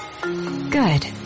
Good